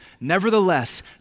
Nevertheless